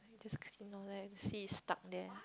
just clean all that then I see stuck there